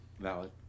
valid